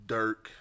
Dirk